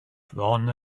bron